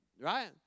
Right